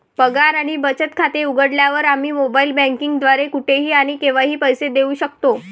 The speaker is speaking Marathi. पगार आणि बचत खाते उघडल्यावर, आम्ही मोबाइल बँकिंग द्वारे कुठेही आणि केव्हाही पैसे देऊ शकतो